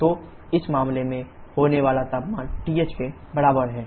तो इस मामले में होने वाला तापमान TH के बराबर है THT1T2Tsat